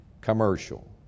commercial